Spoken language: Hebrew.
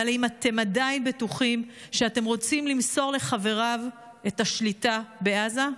אבל האם אתם עדיין בטוחים שאתם רוצים למסור לחבריו את השליטה בעזה?